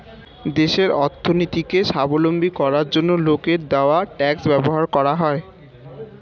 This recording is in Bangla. দেশের অর্থনীতিকে স্বাবলম্বী করার জন্য লোকের দেওয়া ট্যাক্স ব্যবহার করা হয়